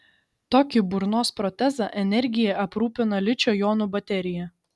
tokį burnos protezą energija aprūpina ličio jonų baterija